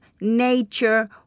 nature